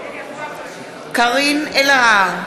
קארין אלהרר,